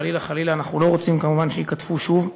חלילה, חלילה, אנחנו לא רוצים כמובן שייקטפו שוב,